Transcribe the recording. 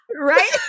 Right